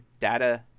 data